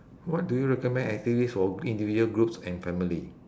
what do you recommend activity for individual groups and family